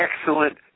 excellent